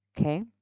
okay